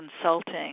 consulting